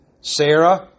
Sarah